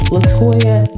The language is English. Latoya